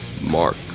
Mark